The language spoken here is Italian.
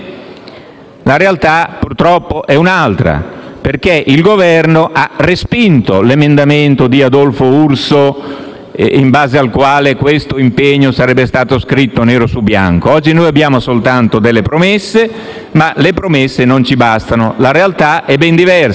la realtà purtroppo è un'altra, perché il Governo ha respinto l'emendamento di Adolfo Urso, in base al quale questo impegno sarebbe stato scritto nero su bianco: oggi abbiamo soltanto delle promesse, ma le promesse non ci bastano. La realtà è ben diversa.